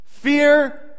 Fear